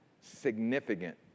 significant